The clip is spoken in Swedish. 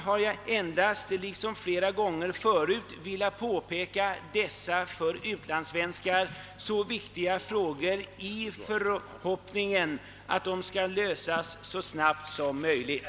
Jag har endast liksom flera gånger förr velat påpeka att dessa frågor är mycket viktiga för utlandssvenskarna, och att de bör lösas så snabbt som möjligt.